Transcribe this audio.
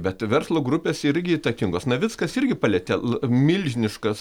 bet verslo grupės irgi įtakingos navickas irgi palietė la milžiniškas